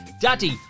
daddy